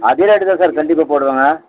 அதே ரேட்டு தான் சார் கண்டிப்பாக போடுவாங்க